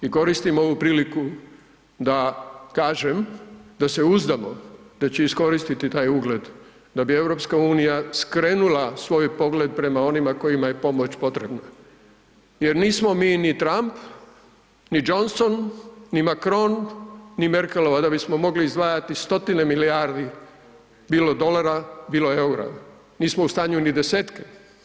I koristim ovu priliku da kažem da se uzdamo da će iskoristiti taj ugled da bi EU skrenula svoj pogled prema onima kojima je pomoć potrebna jer nismo mi ni Trump, ni Johnsons, ni Macron, ni Merkelova da bismo mogli izdvajati stotine milijardi bilo dolara, bilo EUR-a, nismo u stanju ni desetke.